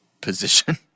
position